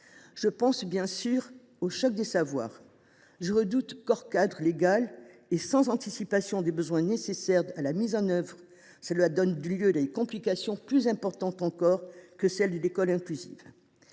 je pense bien sûr au « choc des savoirs ». Je redoute que, hors cadre légal et sans anticipation des besoins nécessaires à sa mise en œuvre, ce projet ne donne lieu à des complications plus importantes encore que celles qui ont entouré